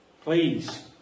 Please